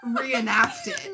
reenacted